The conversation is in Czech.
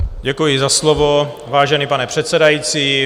Děkuji za slovo, vážený pane předsedající.